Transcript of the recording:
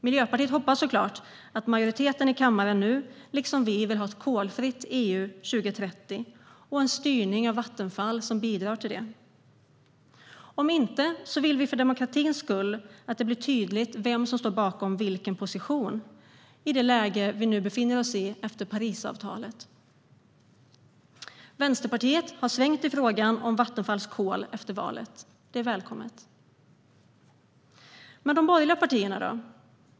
Miljöpartiet hoppas såklart att majoriteten i kammaren nu liksom vi vill ha ett kolfritt EU 2030 och en styrning av Vattenfall som bidrar till det. Om inte annat vill vi för demokratins skull att det blir tydligt vem som står för vad i det läge vi nu befinner oss i efter Parisavtalet. Vänsterpartiet har svängt i frågan om Vattenfalls kol efter valet. Det är välkommet. Men de borgerliga partierna, då?